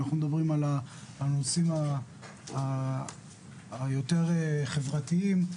אנחנו מדברים על הנושאים היותר חברתיים,